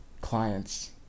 clients